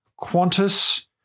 Qantas